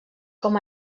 com